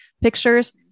pictures